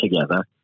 together